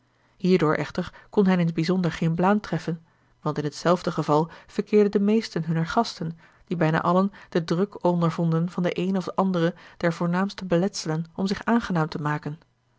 hierdoor echter kon hen in t bijzonder geen blaam treffen want in het zelfde geval verkeerden de meesten hunner gasten die bijna allen den druk ondervonden van de eene of andere der voornaamste beletselen om zich aangenaam te maken